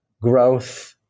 growth